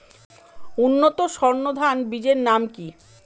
উন্নত সর্ন ধান বীজের নাম কি?